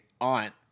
aunt